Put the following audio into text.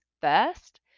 first